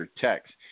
text